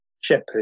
shepherd